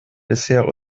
bisher